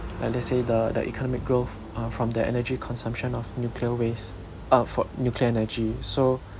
like let's say the the economic growth uh from the energy consumption of nuclear waste uh for nuclear energy so